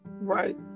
Right